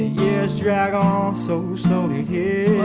years drag on so slowly yeah